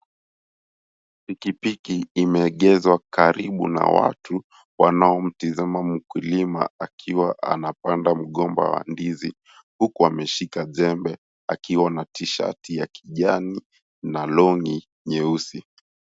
Pikipiki imeegezwa karibu na watu wanaomtizama mkulima akiwa anapanda mgomba wa ndizi, huku ameshika jembe akiwa na tishati ya kijani na longi nyeusi.